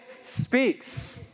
speaks